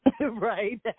Right